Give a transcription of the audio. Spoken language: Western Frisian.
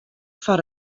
foar